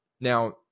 Now